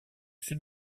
sud